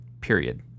period